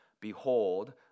Behold